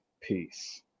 Peace